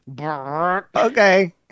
Okay